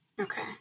Okay